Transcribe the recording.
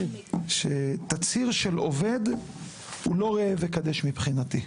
שתצהיר של עובד הוא לא ראה וקדש מבחינתי.